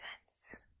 events